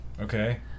Okay